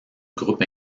groupe